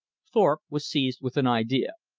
thorpe was seized with an idea.